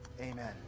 Amen